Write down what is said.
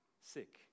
sick